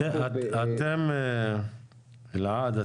אלעד,